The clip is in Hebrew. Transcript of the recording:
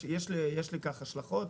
יש לכך השלכות.